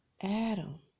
adam